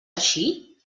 així